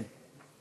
כן.